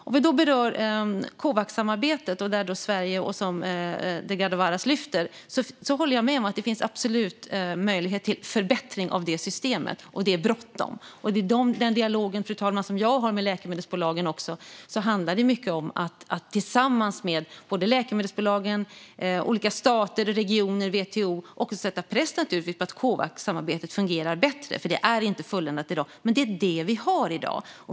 När det gäller Covaxsamarbetet håller jag med Delgado Varas om att det absolut finns möjlighet till förbättring av systemet och att det är bråttom. Det är den dialogen som jag för med läkemedelsbolagen, fru talman. Det handlar mycket om att tillsammans med läkemedelsbolagen, olika stater och regioner och WTO sätta press, så att Covaxsamarbetet fungerar bättre. Det är inte fulländat i dag, men det är det vi har.